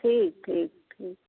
ठीक ठीक ठीक